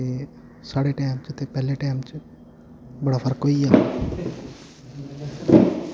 साढ़े टैम च ते पैह्ले टैम च बड़ा फर्क होइया